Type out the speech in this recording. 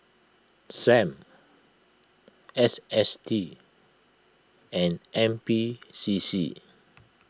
Sam S S T and N P C C